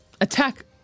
Attack